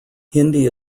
hindi